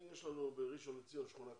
יש לנו בראשון לציון שכונה כזאת,